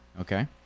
Okay